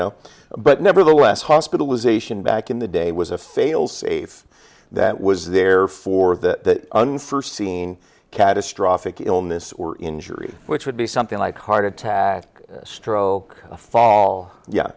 know but nevertheless hospitalisation back in the day was a fail safe that was there for that unforseen catastrophic illness or injury which would be something like heart attack stroke fall yeah